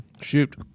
Shoot